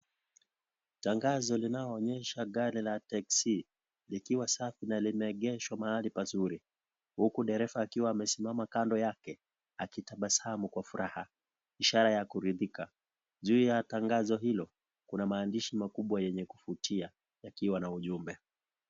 Tangazo linaloonyesha gari la teksi likiwa safi na limeegeshwa pazuri huku dereva akiwa amesimama kando yake akitabasamu kwa furaha ishara ya kuridhika, juu ya tangazo hilo kuna maandishi makubwa yenye kuvutia yakiwa na ujumbe.